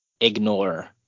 ignore